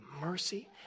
mercy